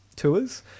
Tours